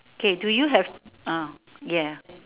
okay do you have uh yeah